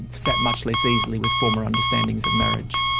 sat much less easily with former understandings of marriage.